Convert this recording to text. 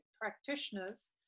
practitioners